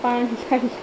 पाण ठाही